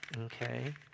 Okay